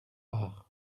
part